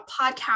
podcast